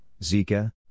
Zika